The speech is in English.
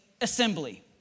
assembly